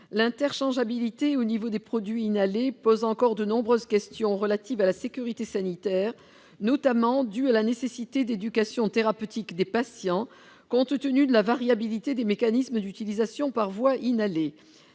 L'interchangeabilité des produits inhalés pose encore de nombreuses questions en matière de sécurité sanitaire, notamment liées à la nécessité d'une éducation thérapeutique des patients, compte tenu de la variabilité des mécanismes d'utilisation par voie inhalée.